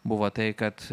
buvo tai kad